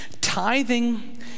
Tithing